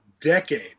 decade